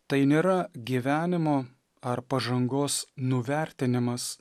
tai nėra gyvenimo ar pažangos nuvertinimas